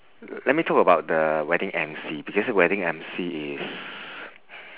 let me talk about the wedding emcee because wedding emcee is